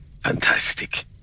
Fantastic